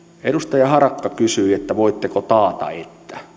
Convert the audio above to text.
edustaja harakka kysyi että voitteko taata että